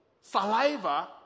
saliva